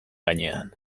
gainean